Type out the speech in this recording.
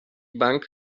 bank